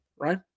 right